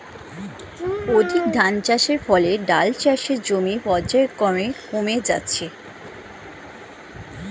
অধিক ধানচাষের ফলে ডাল চাষের জমি পর্যায়ক্রমে কমে যাচ্ছে